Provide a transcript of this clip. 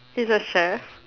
he's a chef